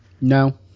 No